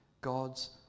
God's